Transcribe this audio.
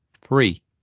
Three